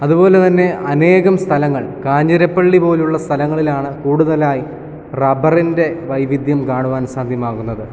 അതുപോലെ തന്നെ അനേകം സ്ഥലങ്ങൾ കാഞ്ഞിരപ്പള്ളി പോലുള്ള സ്ഥലങ്ങളിലാണ് കൂടുതലായി റബ്ബറിൻ്റെ വൈവിധ്യം കാണുവാൻ സാധ്യമാകുന്നത്